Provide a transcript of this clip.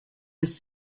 was